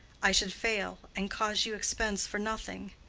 i should fail, and cause you expense for nothing.